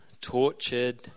tortured